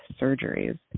surgeries